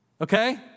Okay